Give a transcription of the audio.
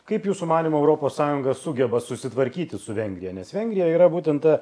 kaip jūsų manymu europos sąjunga sugeba susitvarkyti su vengrija nes vengrija yra būtent ta